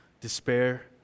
despair